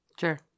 Sure